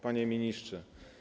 Panie Ministrze!